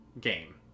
game